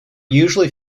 usually